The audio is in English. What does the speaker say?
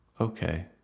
Okay